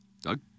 Doug